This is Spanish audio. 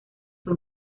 fue